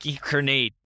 Grenade